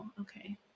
okay